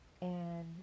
and-